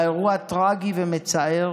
והאירוע טרגי ומצער,